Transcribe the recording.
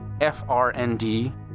F-R-N-D